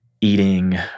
eating